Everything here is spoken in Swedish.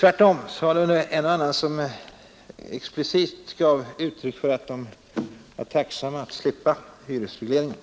Tvärtom gav en och annan även från hyresgästsidan uttryck för att de var tacksamma att slippa hyresregleringen.